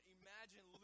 imagine